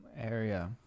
area